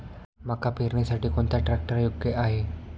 मका पेरणीसाठी कोणता ट्रॅक्टर योग्य आहे?